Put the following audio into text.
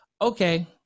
okay